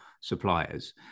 suppliers